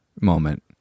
moment